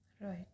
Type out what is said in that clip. Right